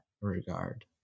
regard